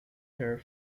her